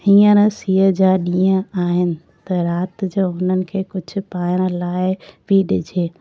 हींअर सीअ जा ॾींहं आहिनि त राति जो हुननि खे कुझु पाइण लाइ बि ॾिजे